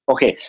Okay